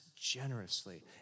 generously